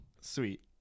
sweet